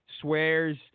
swears